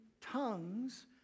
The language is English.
tongues